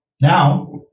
Now